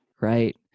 Right